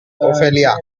ophelia